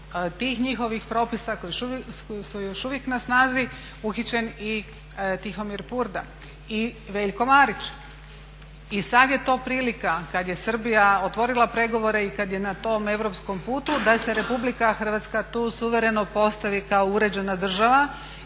tih njihovih propisa koji su još uvijek na snazi uhićen i Tihomir Purda i Veljko Marić. I sad je to prilika kada je Srbija otvorila pregovore i kada je na tom europskom putu da se Republika Hrvatska tu suvereno postavi kao uređena država